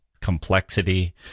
complexity